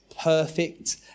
perfect